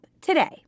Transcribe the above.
today